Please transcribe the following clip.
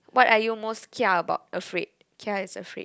what are you most kia about afraid kia is afraid